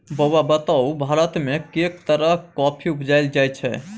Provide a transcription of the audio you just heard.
बौआ बताउ भारतमे कैक तरहक कॉफी उपजाएल जाइत छै?